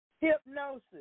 hypnosis